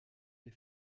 les